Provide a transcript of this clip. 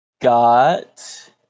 got